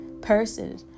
person